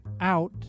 out